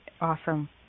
Awesome